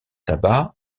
tabac